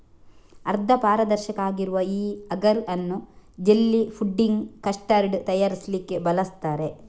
ಅರ್ಧ ಪಾರದರ್ಶಕ ಆಗಿರುವ ಈ ಅಗರ್ ಅನ್ನು ಜೆಲ್ಲಿ, ಫುಡ್ಡಿಂಗ್, ಕಸ್ಟರ್ಡ್ ತಯಾರಿಸ್ಲಿಕ್ಕೆ ಬಳಸ್ತಾರೆ